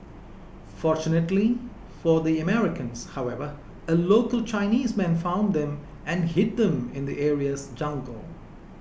fortunately for the Americans however a local Chinese man found them and hid them in the area's jungle